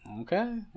Okay